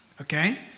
okay